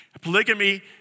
Polygamy